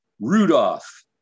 Rudolph